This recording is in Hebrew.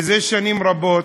זה שנים רבות,